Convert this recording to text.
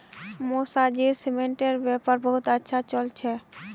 मौसाजीर सीमेंटेर व्यापार बहुत अच्छा चल छ